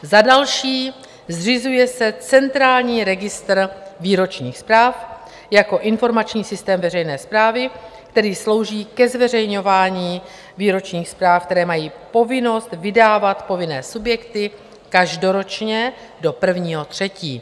Za další, zřizuje se centrální registr výročních zpráv jako informační systém veřejné správy, který slouží ke zveřejňování výročních zpráv, které mají povinnost vydávat povinné subjekty každoročně do 1. 3.